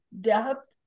depth